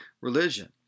religion